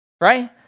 Right